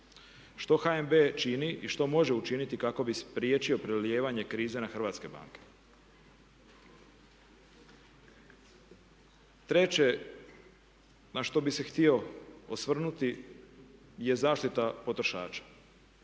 Što HNB čini i što može učiniti kako bi spriječio prelijevanje krize na hrvatske banke? Treće, na što bih se htio osvrnuti je zaštita potrošača.